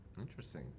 interesting